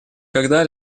когда